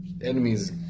enemies